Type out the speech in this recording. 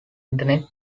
internet